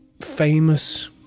famous